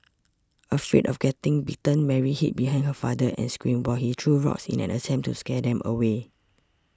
afraid of getting bitten Mary hid behind her father and screamed while he threw rocks in an attempt to scare them away